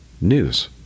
news